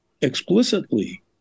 explicitly